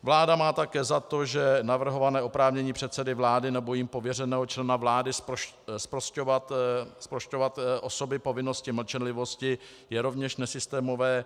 Vláda má také za to, že navrhované oprávnění předsedy vlády nebo jím pověřeného člena vlády zprošťovat osoby povinnosti mlčenlivosti je rovněž nesystémové.